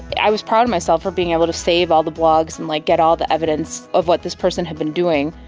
i was proud of myself for being able to save all the blogs and like get all the evidence of what this person had been doing,